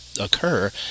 occur